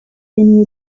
been